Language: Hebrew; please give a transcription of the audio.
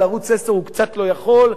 על ערוץ-10 הוא קצת לא יכול,